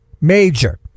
Major